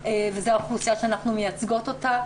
וזו האוכלוסייה שאנחנו מייצגות אותה,